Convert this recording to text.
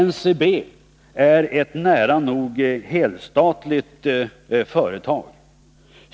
NCB är ett nära nog helstatligt företag.